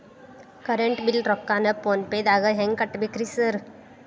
Current bill ರೊಕ್ಕಾನ phone ಪೇದಾಗ ಹೆಂಗ್ ಕಟ್ಟಬೇಕ್ರಿ ಸರ್?